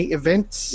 events